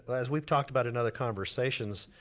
as we've talked about in other conversations,